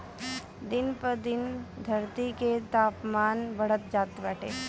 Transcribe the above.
दिन ब दिन धरती के तापमान बढ़त जात बाटे